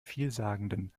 vielsagenden